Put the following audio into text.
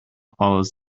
follows